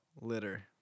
litter